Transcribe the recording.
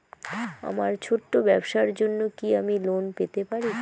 আমার ছোট্ট ব্যাবসার জন্য কি আমি লোন পেতে পারি?